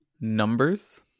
Numbers